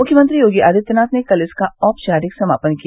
मुख्यमंत्री योगी आदित्यनाथ ने कल इसका औपचारिक समापन किया